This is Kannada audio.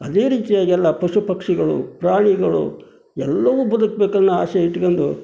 ಅದೇ ರೀತಿಯಾಗೆಲ್ಲ ಪಶು ಪಕ್ಷಿಗಳು ಪ್ರಾಣಿಗಳು ಎಲ್ಲವೂ ಬದುಕಬೇಕನ್ನೋ ಆಸೆ ಇಟ್ಕೊಂಡು